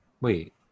Wait